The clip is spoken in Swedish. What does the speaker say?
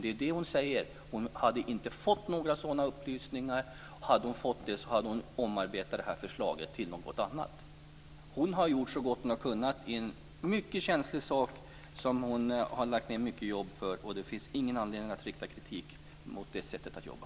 Men vad hon säger är ju att hon inte hade fått några sådana upplysningar, och om hon hade fått sådana skulle hon ha omarbetat förslaget till någonting annat. Annika Åhnberg har gjort så gott hon har kunnat i fråga om en mycket känslig sak som hon har lagt ned mycket jobb på. Det finns ingen anledning att rikta kritik mot det sättet att jobba.